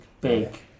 big